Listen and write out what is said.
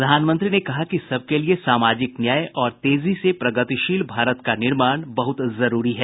प्रधानमंत्री ने कहा कि सबके लिए सामाजिक न्याय और तेजी से प्रगतिशील भारत का निर्माण बहुत जरूरी है